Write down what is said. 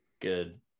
Good